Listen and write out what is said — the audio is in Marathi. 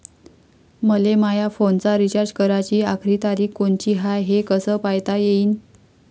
मले माया फोनचा रिचार्ज कराची आखरी तारीख कोनची हाय, हे कस पायता येईन?